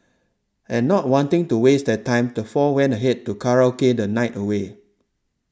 and not wanting to waste their time the four went ahead to karaoke the night away